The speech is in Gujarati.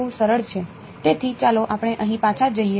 તેથી ચાલો આપણે અહીં પાછા જઈએ